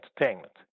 entertainment